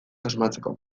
asmatzeko